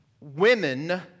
women